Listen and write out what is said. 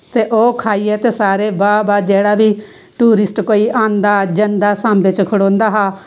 ते ओह् खाईयै सैरे बाह् बाह् जेह्ड़ा बी टूरिस्ट कोई आंदा जंदा सांबे च खड़ोंदा हा